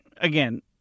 again